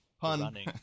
Pun